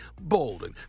Bolden